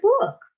book